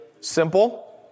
simple